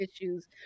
issues